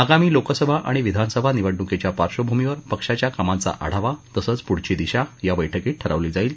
आगामी लोकसभा आणि विधानसभा निवडणुकीच्या पार्श्वभूमीवर पक्षाच्या कामांचा आढावा तसंच पुढील दिशा या बैठकीत ठरवली जाईल